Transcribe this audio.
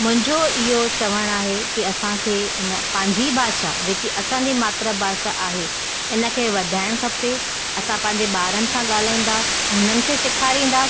मुंहिंजो इहो चवणु आहे की असांखे इन पंहिंजी भाषा जेकी असांजी मातृभाषा आहे इनखे वधाइणु खपे असां पंहिंजे ॿारनि सां ॻाल्हाईंदासी उन्हनि खे सेखारींदासी